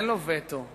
אין לו זכות וטו.